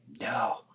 No